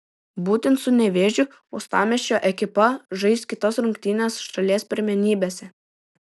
būtent su nevėžiu uostamiesčio ekipa žais kitas rungtynes šalies pirmenybėse